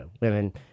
women